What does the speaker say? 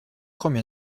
combien